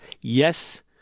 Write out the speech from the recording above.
Yes